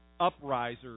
uprisers